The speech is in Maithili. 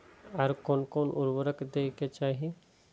आर कोन कोन उर्वरक दै के चाही?